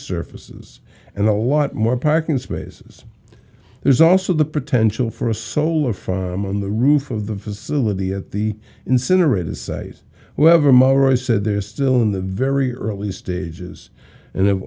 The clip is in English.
surfaces and a lot more parking spaces there's also the potential for a solar farm on the roof of the facility at the incinerator site whether morris said they're still in the very early stages and